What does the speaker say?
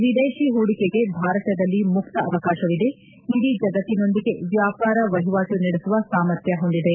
ವಿದೇಶಿ ಹೂಡಿಕೆಗೆ ಭಾರತದಲ್ಲಿ ಮುಕ್ತ ಅವಕಾಶವಿದೆ ಇಡೀ ಜಗತ್ತಿನೊಂದಿಗೆ ವ್ಯಾಪಾರ ವಹಿವಾಣು ನಡೆಸುವ ಸಾಮರ್ಥ್ಯ ಹೊಂದಿದೆ